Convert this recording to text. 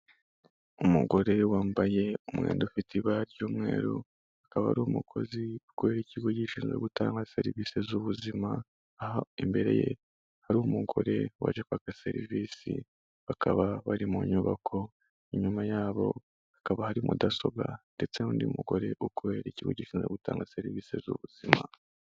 Umugore wambaye umwenda ufite ibara ry'umweru akaba ari umukozi ukorera ikigo gishinzwe gutanga serivisi z'ubuzima aho imbere ye hari umugore waje kwaka serivisi bakaba bari mu nyubako inyuma yabo hakaba hari mudasobwa ndetse n’undi mugore ukorera ikigo gushinzwe gutanga serivisi z'ubuzima.